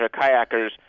kayakers